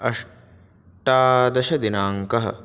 अष्टादशदिनाङ्कः